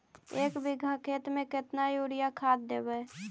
एक बिघा खेत में केतना युरिया खाद देवै?